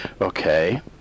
Okay